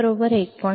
05 volts